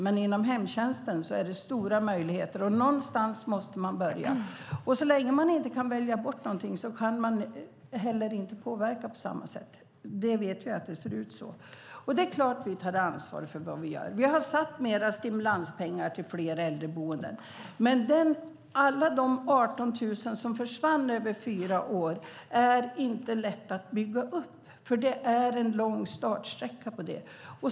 Men inom hemtjänsten finns det stora möjligheter, och någonstans måste vi börja. Så länge man inte kan välja bort någonting kan man inte heller påverka på samma sätt. Vi vet att det ser ut så. Det är klart att vi tar ansvar för vad vi gör. Vi har avsatt mer stimulanspengar till fler äldreboenden. Men alla de 18 000 som försvann på fyra år är det inte lätt att bygga upp, för det är en lång startsträcka.